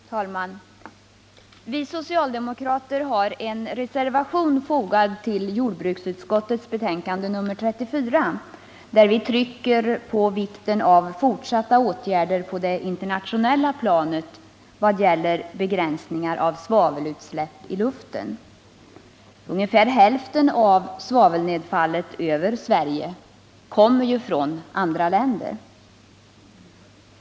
Herr talman! Vi socialdemokrater har en reservation fogad till jordbruksutskottets betänkande nr 34, där vi trycker på vikten av fortsatta åtgärder på det internationella planet vad gäller begränsningen av svavelutsläpp i luften. Ungefär hälften av svavelnedfallet över Sverige kommer ju från andra länder.